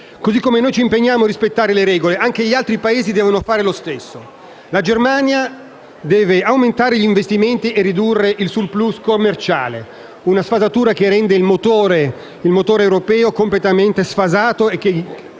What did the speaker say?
Così come noi ci impegniamo a rispettare le regole, anche gli altri Paesi devono fare lo stesso. La Germania deve aumentare gli investimenti e ridurre il *surplus* commerciale: tale sfasatura rende infatti il motore europeo completamente sfasato e di